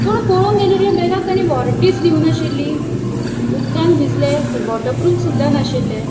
पूण पळोवंक गेल्यार ह्या बॅगाक ताणी वॉरेंटीच दिवंक नाशिल्ली उदकान भिजलें तर वॉटरप्रूफ सुद्दां नाशिल्लें